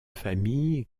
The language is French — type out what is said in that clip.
famille